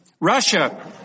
Russia